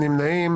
אין נמנעים.